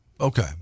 Okay